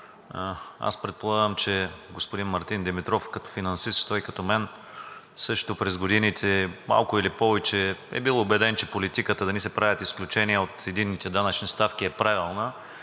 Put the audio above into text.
Аз предполагам, че господин Мартин Димитров като финансист и той като мен също през годините малко или повече е бил убеден, че политиката – нали се правят изключения от единните данъчни ставки, е правилна